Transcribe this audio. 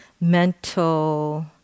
mental